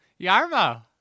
Yarmo